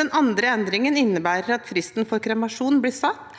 Den andre endringen innebærer at fristen for kremasjon blir satt